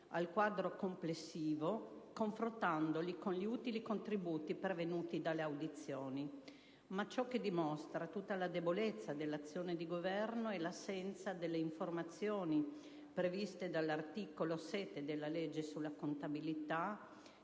abbiamo davanti, confrontandoli con gli utili contributi pervenuti dalle audizioni. Ma ciò che dimostra tutta la debolezza dell'azione di Governo è l'assenza delle informazioni previste dall'articolo 7 della legge sulla contabilità